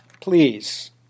please